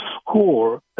score